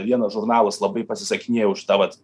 vienas žurnalas labai pasisakinėjo už tą vat